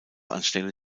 anstelle